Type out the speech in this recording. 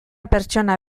pertsona